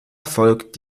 erfolg